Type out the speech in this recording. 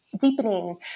deepening